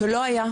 שלא היה.